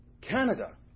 Canada